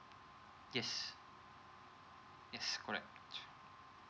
yes yes correct